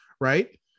Right